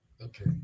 Okay